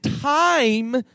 time